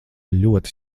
ļoti